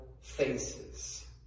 faces